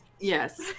Yes